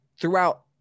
throughout